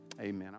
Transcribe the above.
Amen